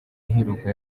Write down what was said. iheruka